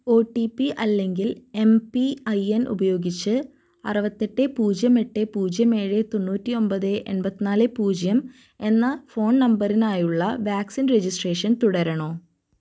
O T P അല്ലെങ്കിൽ M P I N ഉപയോഗിച്ച് അറുപത്തെട്ട് പൂജ്യം എട്ട് പൂജ്യം ഏഴ് തൊണ്ണൂറ്റി ഒമ്പത് എൺപത്തി നാല് പൂജ്യം എന്ന ഫോൺ നമ്പറിനായുള്ള വാക്സിൻ രജിസ്ട്രേഷൻ തുടരണോ